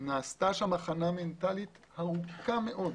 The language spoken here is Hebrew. נעשתה שם הכנה מנטלית ארוכה מאוד,